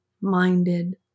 minded